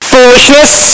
Foolishness